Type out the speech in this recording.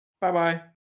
Bye-bye